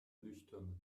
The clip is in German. nüchtern